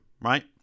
right